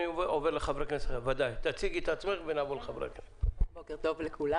בוקר טוב לכולם,